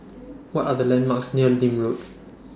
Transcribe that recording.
What Are The landmarks near Nim Road